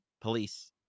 police